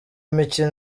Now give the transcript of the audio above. mikino